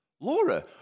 Laura